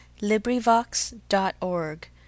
LibriVox.org